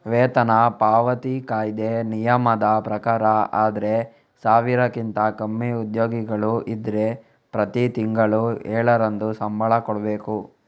ವೇತನ ಪಾವತಿ ಕಾಯಿದೆ ನಿಯಮದ ಪ್ರಕಾರ ಆದ್ರೆ ಸಾವಿರಕ್ಕಿಂತ ಕಮ್ಮಿ ಉದ್ಯೋಗಿಗಳು ಇದ್ರೆ ಪ್ರತಿ ತಿಂಗಳು ಏಳರಂದು ಸಂಬಳ ಕೊಡ್ಬೇಕು